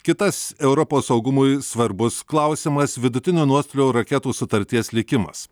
kitas europos saugumui svarbus klausimas vidutinio nuotolio raketų sutarties likimas